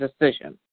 decision